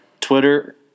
twitter